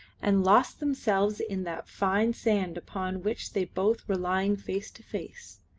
and lost themselves in that fine sand upon which they both were lying face to face.